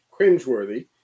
cringeworthy